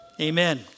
Amen